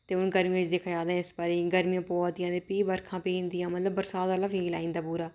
ते गर्मियें च दिक्खेआ जा तां इस बारी गर्मियां पवै दियां ते भी बरखा पेई जंदियां ता मतलब बरसांत आह्ला फील आई जंदा पूरा